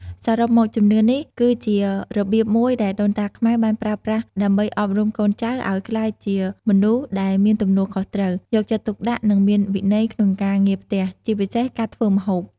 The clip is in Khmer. សរុបមក ជំនឿនេះគឺជារបៀបមួយដែលដូនតាខ្មែរបានប្រើប្រាស់ដើម្បីអប់រំកូនចៅឱ្យក្លាយជាមនុស្សដែលមានទំនួលខុសត្រូវ យកចិត្តទុកដាក់ និងមានវិន័យក្នុងការងារផ្ទះ ជាពិសេសការធ្វើម្ហូប។